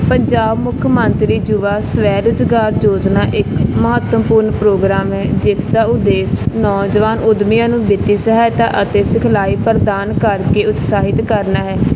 ਪੰਜਾਬ ਮੁੱਖ ਮੰਤਰੀ ਯੁਵਾ ਸਵੈ ਰੁਜ਼ਗਾਰ ਯੋਜਨਾ ਇਕ ਮਹੱਤਵਪੂਰਨ ਪ੍ਰੋਗਰਾਮ ਹੈ ਜਿਸ ਦਾ ਉਦੇਸ਼ ਨੌਜਵਾਨ ਉੱਦਮੀਆਂ ਨੂੰ ਵਿੱਤੀ ਸਹਾਇਤਾ ਅਤੇ ਸਿਖਲਾਈ ਪ੍ਰਦਾਨ ਕਰਕੇ ਉਤਸ਼ਾਹਿਤ ਕਰਨਾ ਹੈ